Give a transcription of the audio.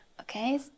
okay